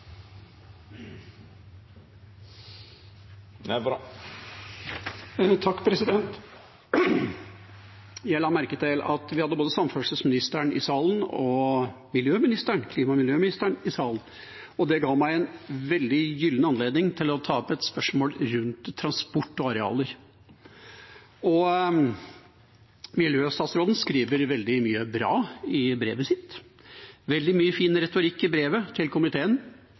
Jeg la merke til at vi hadde både samferdselsministeren og klima- og miljøministeren i salen. Det ga meg en veldig gyllen anledning til å ta opp et spørsmål rundt transport og arealer. Miljøstatsråden skriver veldig mye bra i brevet sitt. Det er veldig mye fin retorikk i brevet til komiteen.